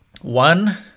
One